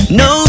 no